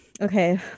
okay